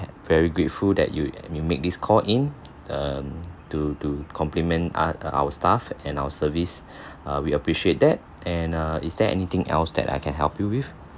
a~ very grateful that you you make this call in err to to compliment u~ our staff and our service uh we appreciate that and err is there anything else that I can help you with